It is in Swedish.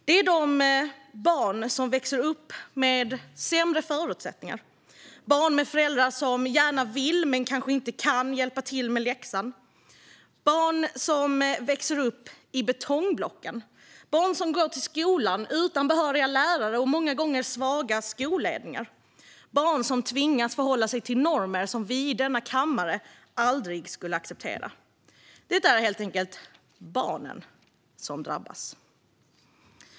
Det är de barn som växer upp med sämre förutsättningar, barn med föräldrar som gärna vill men som kanske inte kan hjälpa till med läxan, barn som växer upp i betongblocken, barn som går till skolor utan behöriga lärare och många gånger svaga skolledningar och barn som tvingas förhålla sig till normer som vi i denna kammare aldrig skulle acceptera. Det är helt enkelt barnen som drabbas.